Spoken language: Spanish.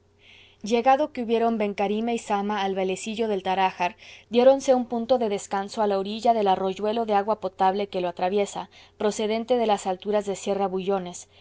llegado que hubieron ben carime y zama al vallecillo del tarajar diéronse un punto de descanso a la orilla del arroyuelo de agua potable que lo atraviesa procedente de las alturas de